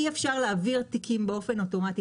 אי אפשר להעביר תיקים באופן אוטומטי